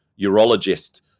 urologist